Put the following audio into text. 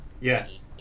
Yes